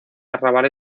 arrabal